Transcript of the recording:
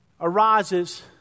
arises